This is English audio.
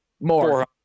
More